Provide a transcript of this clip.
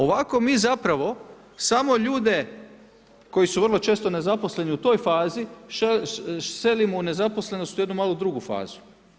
Ovako mi zapravo samo ljude koji su vrlo često nezaposleni u toj fazi selimo u nezaposlenost u jedno malo drugu fazu.